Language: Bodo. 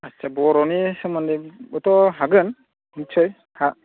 आदसा बर'नि सोमोन्दैबोथ' हागोन निस्सय